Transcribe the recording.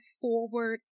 forward